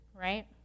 right